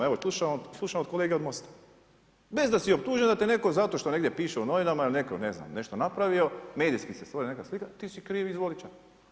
Evo, slušamo od kolege Mosta, bez da si optužen, da te netko, zato što negdje piše u novinama, jer netko ne znam, nešto napravio, medijski se stvori neka slika, ti si kriv izvoli ča.